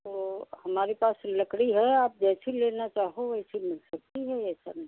तो हमारे पास लकड़ी है आप जैसी लेना चाहो वैसी मिल सकती है ऐसा नहीं है